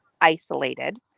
isolated